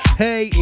hey